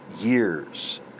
years